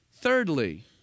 Thirdly